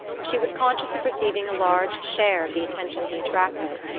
she was conscious of receiving a large share of the attention he attracted,